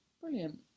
Brilliant